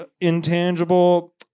intangible